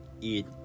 eat